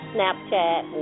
Snapchat